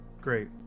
Great